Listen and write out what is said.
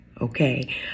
okay